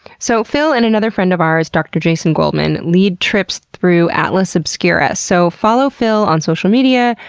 so phil and another friend of ours, dr. jason goldman, lead trips through atlas obscura. so follow phil on social media,